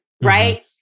right